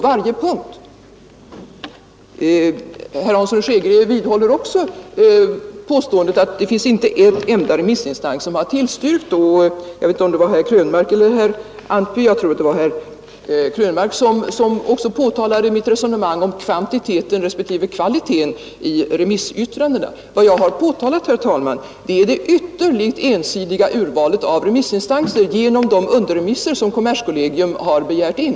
Herr Hansson i Skegrie vidhåller påståendet att det inte finns en enda remissinstans som har tillstyrkt motionen. Herr Krönmark påtalade mitt resonemang om kvantiteten respektive kvaliteten i remissyttrandena. Vad jag har fäst uppmärksamheten på är det ensidiga urvalet av remissinstanser för de underremisser som kommerskollegium har begärt in.